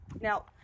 now